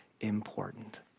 important